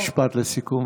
משפט לסיכום,